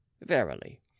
Verily